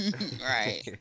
Right